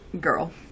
girl